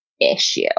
issue